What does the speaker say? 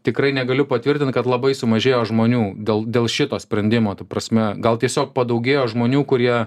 tikrai negaliu patvirtint kad labai sumažėjo žmonių dėl dėl šito sprendimo ta prasme gal tiesiog padaugėjo žmonių kurie